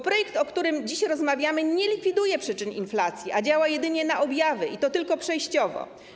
Projekt, o którym dziś rozmawiamy, nie likwiduje przyczyn inflacji, działa jedynie na objawy, i to tylko przejściowo.